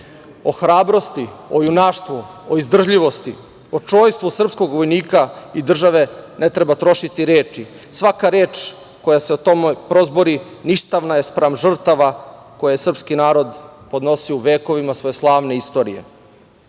o hrabrosti, o junaštvu, o izdržljivosti, o čojstvu srpskog vojnika i države ne treba trošiti reči, jer svaka reč koja se o tome prozbori, ništavna je spram žrtava koje je srpski narod podnosio u vekovima svoje slavne istorije.